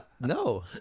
no